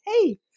hey